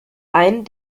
ein